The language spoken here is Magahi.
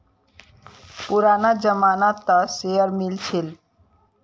पुराना जमाना त शेयर मिल छील